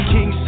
King